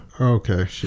Okay